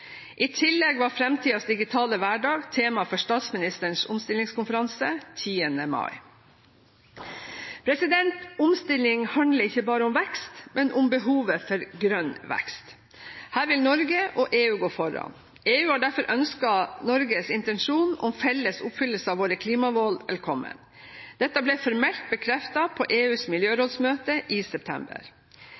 I tillegg var framtidens digitale hverdag tema for statsministerens omstillingskonferanse den 10. mai. Omstilling handler ikke bare om vekst, men om behovet for grønn vekst. Her vil Norge og EU gå foran. EU har derfor ønsket Norges intensjon om felles oppfyllelse av våre klimamål velkommen. Dette ble formelt bekreftet på EUs miljørådsmøte i september.